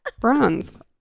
Bronze